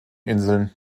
inseln